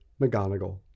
McGonigal